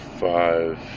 five